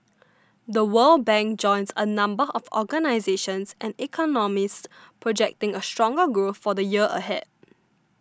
The World Bank joins a number of organisations and economists projecting a stronger growth for the year ahead